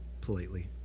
politely